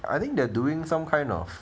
I think they're doing some kind of